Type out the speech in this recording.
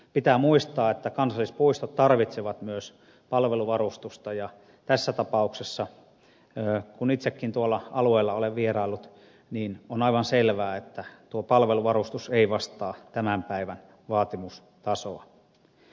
pitää muistaa että kansallispuistot tarvitsevat myös palveluvarustusta ja tässä tapauksessa kun itsekin tuolla alueella olen vieraillut on aivan selvää että tuo palveluvarustus ei vastaa tämän päivän vaatimustasoa